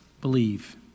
believe